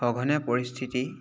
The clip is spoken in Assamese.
সঘনে পৰিস্থিতি